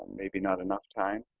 maybe not enough time,